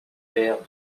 pères